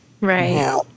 Right